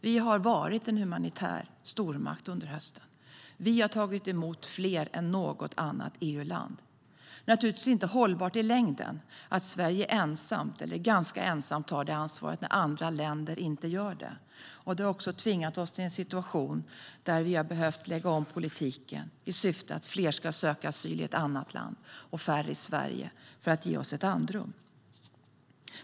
Vi har varit en humanitär stormakt under hösten. Vi har tagit emot fler än något annat EU-land. Det är naturligtvis inte hållbart i längden att Sverige ensamt eller ganska ensamt tar det ansvaret när andra länder inte gör det. Det har också tvingat oss till en situation där vi har behövt lägga om politiken i syfte att fler ska söka asyl i ett annat land och färre i Sverige, för att ge oss ett andrum.